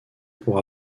pour